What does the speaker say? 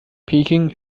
peking